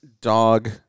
dog